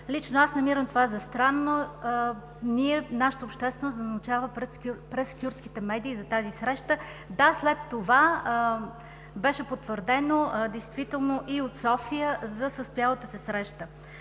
Лично аз намирам това за странно. Ние, нашата общественост, да научава през кюрдските медии за тази среща. Да, след това беше потвърдено действително и от София за състоялата се среща.